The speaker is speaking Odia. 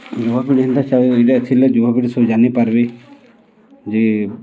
ଯୁବପିଢ଼ି ହେନ୍ତା ଇଟା ଥିଲେ ଯୁବପିଢ଼ି ସବୁ ଜାଣିପାର୍ବେ ଯେ